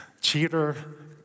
Cheater